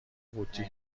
قوطی